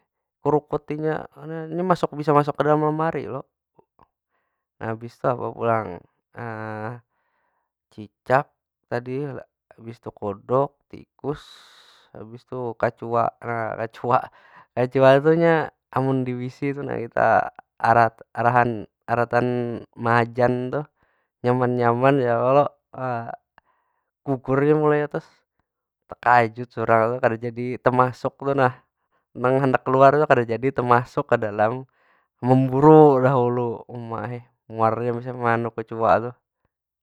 Kerukutinya, mana inya masuk bisa masuk ke dalam lemari lo. Nah abis tu apa pulang? cicak tadi, habis tu kodok, tikus, habis tu kacuak. Nah kacuak. Kacuak tu inya amun di wc tu nah, kita mehajan tuh, nyaman- nyaman ya kalo. Gugur inya mulai atas, tekajut surang. kada jadi temasuk tu nah, nang handak keluar tu kada jadi. Temasuk ke dalam. Memburu dahulu, uma ai muarnya meanu kecuak tuh.